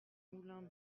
moulin